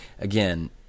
again